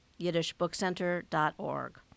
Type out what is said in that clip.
yiddishbookcenter.org